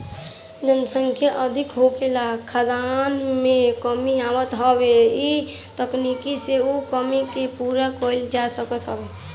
जनसंख्या अधिका होखला से खाद्यान में कमी आवत हवे त इ तकनीकी से उ कमी के पूरा कईल जा सकत हवे